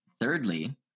Thirdly